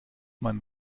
man